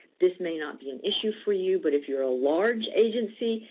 this may not be an issue for you. but if you're a large agency,